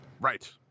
Right